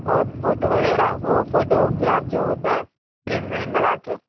اور فوٹو وغیرہ وہ فوٹو گراف جو ہوتا ہے فریم میں لگا کے